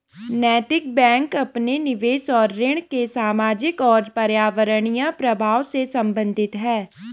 नैतिक बैंक अपने निवेश और ऋण के सामाजिक और पर्यावरणीय प्रभावों से संबंधित है